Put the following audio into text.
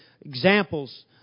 examples